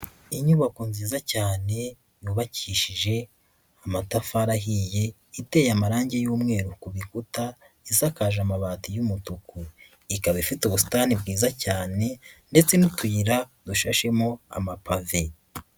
Inyubako nziza cyane yubakishije amatafari ahiye, iteye amarangi y'umweru ku bikuta, isakaje amabati y'umutuku. Ikaba ifite ubusitani bwiza cyane ndetse n'utuyira dushashemo amapave.